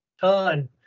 ton